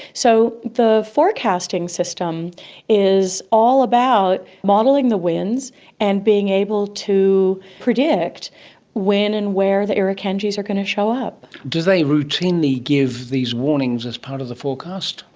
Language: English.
so the forecasting system is all about modelling the winds and being able to predict when and where the irukandjis are going to show up. do they routinely give these warnings as part of the forecast?